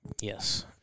Yes